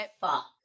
fuck